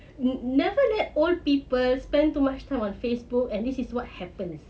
ne~ never let old people spend too much time on facebook and this is what happen